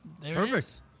Perfect